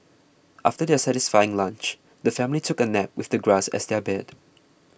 after their satisfying lunch the family took a nap with the grass as their bed